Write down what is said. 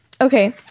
Okay